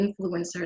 influencers